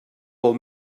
pel